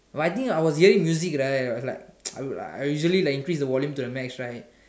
but I think I was hearing music right like I usually increase the volume to the max right